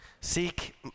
Seek